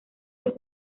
los